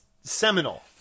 seminal